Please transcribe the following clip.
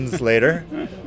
later